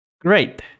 great